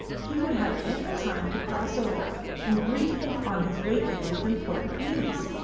he would have ample time to cross over and greet him on his waking with important news.